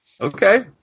Okay